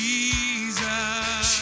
Jesus